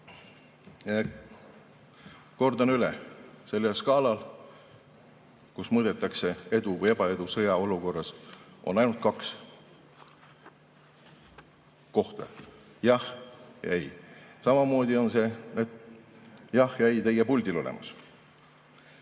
Aga kordan üle: sellel skaalal, kus mõõdetakse edu või ebaedu sõjaolukorras, on ainult kaks kohta: "jah" ja "ei". Samamoodi on need "jah" ja "ei" teie puldil.